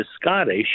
scottish